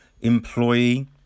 employee